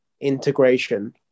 integration